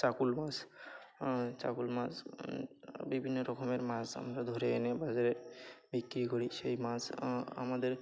চাকল মাছ চাকল মাছ বিভিন্ন রকমের মাছ আমরা ধরে এনে বাজারে বিক্রি করি সেই মাছ আমাদের